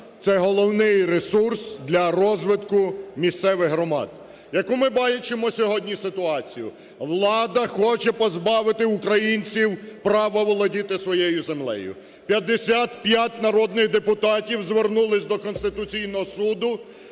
це головний ресурс для розвитку місцевих громад. Яку ми бачимо сьогодні ситуацію? Влада хоче позбавити українців права володіти своєю землею. 55 народних депутатів звернулись до Конституційного Суду